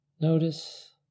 Notice